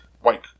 white